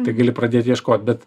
tai gali pradėt ieškot bet